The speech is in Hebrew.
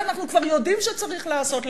את זה אנחנו כבר יודעים שצריך לעשות.